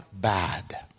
bad